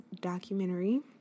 documentary